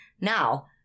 Now